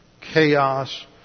chaos